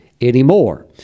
anymore